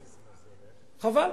חבל.